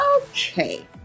okay